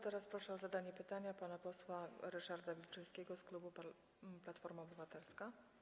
Teraz proszę o zadanie pytania pana posła Ryszarda Wilczyńskiego z klubu Platforma Obywatelska.